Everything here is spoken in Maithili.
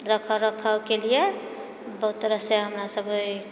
रख रखावके लिए बहुत तरहसँ हमरा सबके